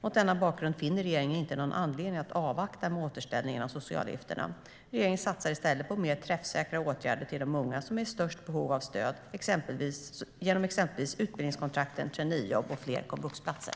Mot denna bakgrund finner regeringen inte någon anledning att avvakta med återställningen av socialavgifterna. Regeringen satsar i stället på mer träffsäkra åtgärder till de unga som är i störst behov av stöd genom exempelvis utbildningskontrakten, traineejobb och fler komvuxplatser.